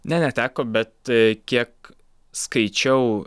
ne neteko bet kiek skaičiau